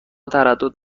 تردید